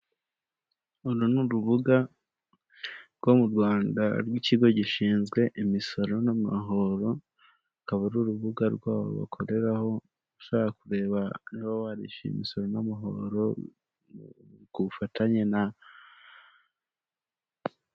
Uru ni urubuga rwo mu Rwanda rw'ikigo gishinzwe imisoro n'amahoro, akaba ari urubuga rwabo bakoreraraho, ushaka kureba niba warishyuye imisoro n'amahoro ku bufatanye na.